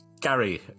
Gary